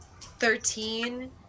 thirteen